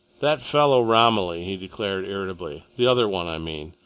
that fellow romilly, he declared irritably, the other one, i mean,